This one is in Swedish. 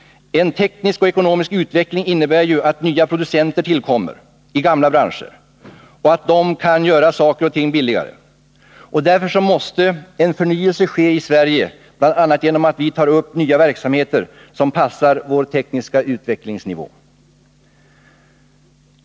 En teknisk och ekonomisk utveckling innebär ju att nya producenter tillkommer i gamla branscher och att dessa kan göra saker och ting billigare. Därför måste en förnyelse ske i Sverige bl.a. genom att vi tar upp nya verksamheter som passar vår tekniska utvecklingsnivå.